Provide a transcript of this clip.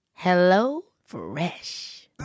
HelloFresh